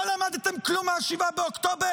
לא למדתם כלום מ-7 באוקטובר?